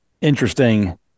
interesting